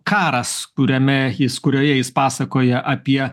karas kuriame jis kurioje jis pasakoja apie